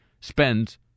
spends